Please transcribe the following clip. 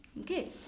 okay